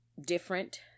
different